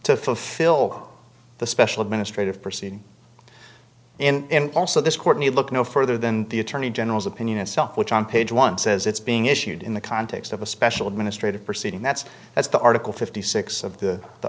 to fulfill the special administrative proceeding and also this court need look no further than the attorney general's opinion itself which on page one says it's being issued in the context of a special administrative proceeding that's that's the article fifty six of the the